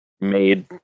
made